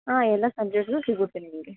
ಹಾಂ ಎಲ್ಲ ಸಬ್ಜೆಕ್ಟ್ಗೂ ಸಿಗುತ್ತೆ ನಿಮಗೆ